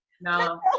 no